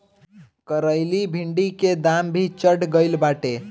करइली भिन्डी के दाम भी चढ़ गईल बाटे